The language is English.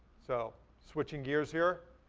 so switching gears here,